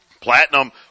Platinum